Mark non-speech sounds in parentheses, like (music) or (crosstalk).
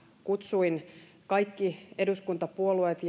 kutsuin kaikki eduskuntapuolueet (unintelligible)